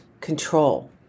control